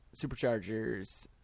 Superchargers